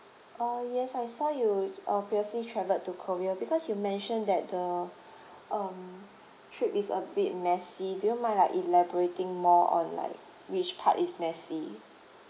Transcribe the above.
ah yes I saw you uh previously travelled to korea because you mentioned that the um trip is a bit messy do you mind like elaborating more on like which part is messy